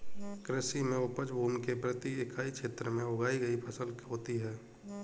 कृषि में उपज भूमि के प्रति इकाई क्षेत्र में उगाई गई फसल होती है